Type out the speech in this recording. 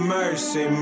mercy